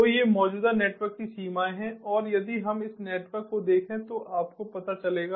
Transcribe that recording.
तो ये मौजूदा नेटवर्क की सीमाएँ हैं और यदि हम इस नेटवर्क को देखें तो आपको पता चलेगा